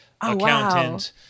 accountant